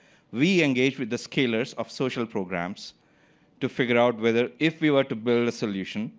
we engage with the scalers of social programs to figure out whether if we were to build a solution,